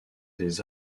des